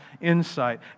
insight